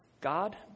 God